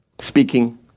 speaking